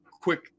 Quick